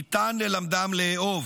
ניתן ללמדם לאהוב,